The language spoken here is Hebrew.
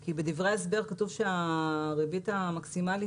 כי בדברי ההסבר כתוב שהריבית המקסימלית